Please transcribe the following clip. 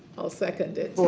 i'll second it